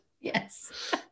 Yes